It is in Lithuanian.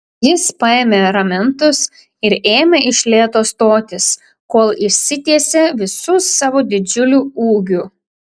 jis paėmė ramentus ir ėmė iš lėto stotis kol išsitiesė visu savo didžiuliu ūgiu